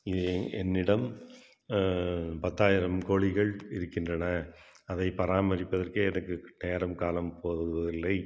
இது என்னிடம் பத்தாயிரம் கோழிகள் இருக்கின்றன அதை பராமரிப்பதற்கு எனக்கு நேரம் காலம் போதவில்லை